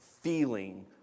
feeling